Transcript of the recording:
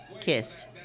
kissed